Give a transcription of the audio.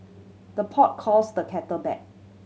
the pot calls the kettle back